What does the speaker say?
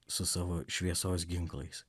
su savo šviesos ginklais